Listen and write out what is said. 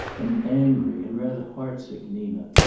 an angry and rather heart-sick nina.